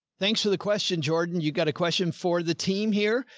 thanks for the question, jordan. you've got a question for the team here.